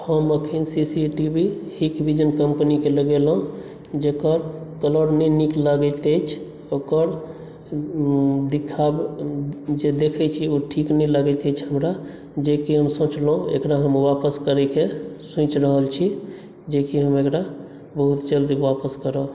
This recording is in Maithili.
हम एखन सी सी टी वी हित विजन कम्पनीके लगेलहुँ जकर कलर नहि नीक लागैत अछि ओकर देखाब जे देखैत् छी ओ ठीक नहि लागैत अछि हमरा जे कि हम सोचलहुँ एकरा हम वापस करयके सोचि रहल छी जे कि हम एकरा बहुत जल्द वापस करब